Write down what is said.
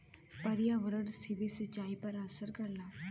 पर्यावरण से भी सिंचाई पर असर करला